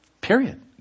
Period